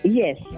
Yes